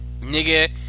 nigga